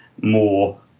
more